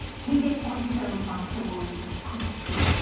he did what his old master, wolsey, couldn't do.